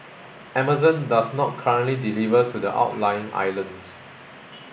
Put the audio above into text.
Amazon does not currently deliver to the outlying islands